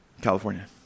California